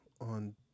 on